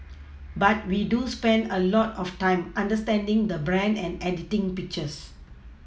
but we do spend a lot of time understanding the brand and editing pictures